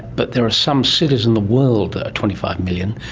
but there are some cities in the world that are twenty five million.